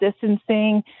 distancing